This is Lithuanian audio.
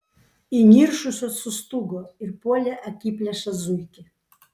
įniršusios sustūgo ir puolė akiplėšą zuikį